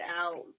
out